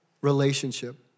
relationship